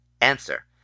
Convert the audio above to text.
Answer